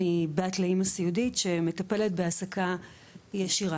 אני בת לאמא סיעודית שמטפלת בהעסקה ישירה.